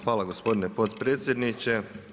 Hvala gospodine potpredsjedniče.